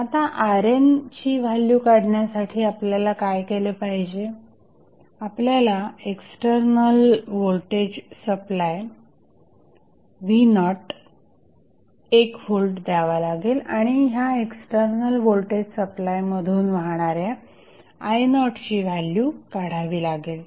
आता RN ची value काढण्यासाठी आपल्याला काय केले पाहिजे आपल्याला एक्स्टर्नल व्होल्टेज सप्लाय v01V द्यावा लागेल आणि ह्या एक्स्टर्नल व्होल्टेज सप्लाय मधून वाहणाऱ्या i0ची व्हॅल्यू काढावी लागेल